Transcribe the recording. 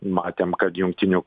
matėm kad jungtinių